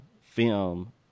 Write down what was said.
film